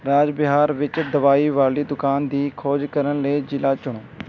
ਰਾਜ ਬਿਹਾਰ ਵਿੱਚ ਦਵਾਈ ਵਾਲੀ ਦੁਕਾਨ ਦੀ ਖੋਜ ਕਰਨ ਲਈ ਜ਼ਿਲ੍ਹਾ ਚੁਣੋ